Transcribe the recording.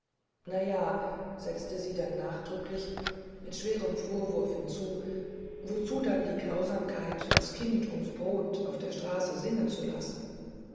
ja setzte sie dann nachdrücklich mit schwerem vorwurf hinzu wozu dann die grausamkeit das kind ums brot auf der straße singen zu lassen